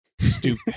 stupid